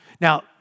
Now